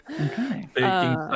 Okay